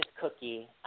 cookie